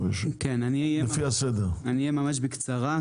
אני אדבר בקצרה.